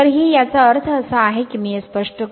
तर हे याचा अर्थ असा आहे की मी हे स्पष्ट करतो